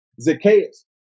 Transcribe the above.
Zacchaeus